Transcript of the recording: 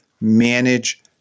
manage